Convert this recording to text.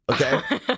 Okay